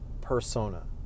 persona